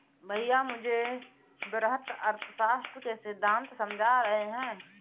भैया मुझे वृहत अर्थशास्त्र के सिद्धांत समझा रहे हैं